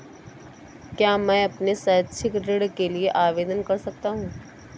क्या मैं अपने शैक्षिक ऋण के लिए आवेदन कर सकता हूँ?